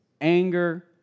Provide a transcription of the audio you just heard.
anger